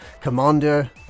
Commander